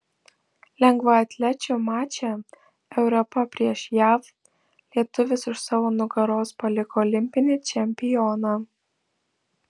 lengvaatlečių mače europa prieš jav lietuvis už savo nugaros paliko olimpinį čempioną